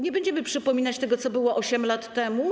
Nie będziemy przypominać tego, co było 8 lat temu.